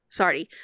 sorry